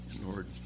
Lord